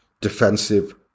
defensive